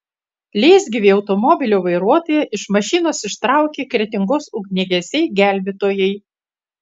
leisgyvį automobilio vairuotoją iš mašinos ištraukė kretingos ugniagesiai gelbėtojai